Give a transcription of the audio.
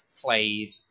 played